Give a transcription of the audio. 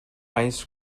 ice